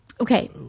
Okay